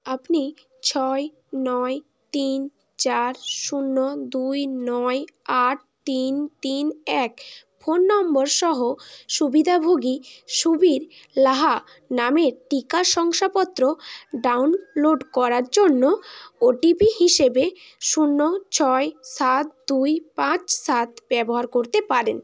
আপনি ছয় নয় তিন চার শূন্য দুই নয় আট তিন তিন এক ফোন নম্বর সহ সুবিধাভোগী সুবীর লাহা নামের টিকা শংসাপত্র ডাউনলোড করার জন্য ওটিপি হিসেবে শূন্য ছয় সাত দুই পাঁচ সাত ব্যবহার করতে পারেন